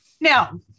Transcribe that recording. now